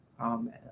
Amen